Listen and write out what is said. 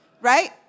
right